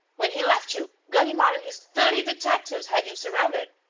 when he left you, ganimard and his thirty detectives had you surrounded!